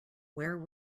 where